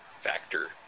factor